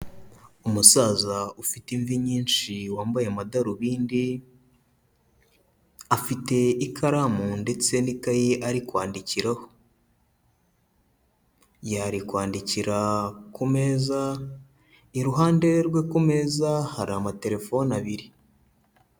Umusaza ufite imvi nyinshi, wambaye amadarubindi, afite ikaramu ndetse n'ikayi ye ari kwandikiraho. Ari kwandikira ku meza, iruhande rwe ku meza hari amatelefoni abiri.